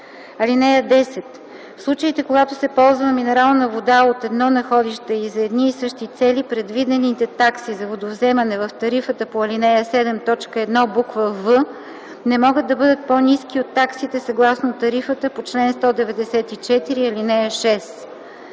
(10) В случаите, когато се ползва минерална вода от едно находище и за едни и същи цели, предвидените такси за водовземане в тарифата по ал. 7, т. 1, буква „в” не могат да бъдат по ниски от таксите съгласно тарифата по чл. 194, ал. 6.